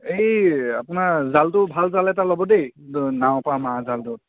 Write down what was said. এই আপোনাৰ জালটো ভাল জাল এটা ল'ব দেই নাৱৰ পৰা মৰা জালটো